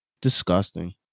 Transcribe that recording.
disgusting